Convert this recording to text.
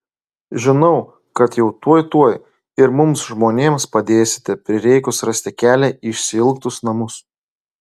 žinau kad jau tuoj tuoj ir mums žmonėms padėsite prireikus rasti kelią į išsiilgtus namus